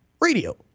radio